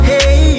Hey